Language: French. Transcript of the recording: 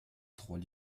trois